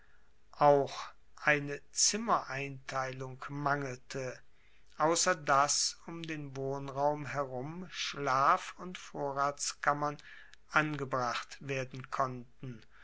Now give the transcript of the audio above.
auch eine zimmereinteilung mangelte ausser dass um den wohnraum herum schlaf und vorratskammern angebracht werden konnten